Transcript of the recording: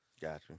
Gotcha